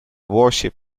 warship